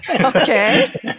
Okay